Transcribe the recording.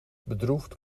bedroefd